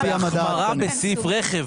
אנחנו מדברים על החמרה בסעיף רכב.